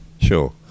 Sure